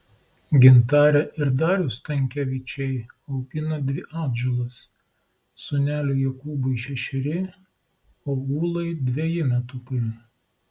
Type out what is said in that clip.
gintarė ir darius stankevičiai augina dvi atžalas sūneliui jokūbui šešeri o ūlai dveji metukai